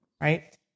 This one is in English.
right